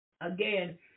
again